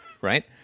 right